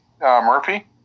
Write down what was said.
Murphy